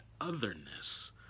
otherness